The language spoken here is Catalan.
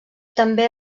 també